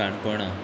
काणकोणा